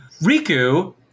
Riku